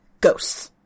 ghosts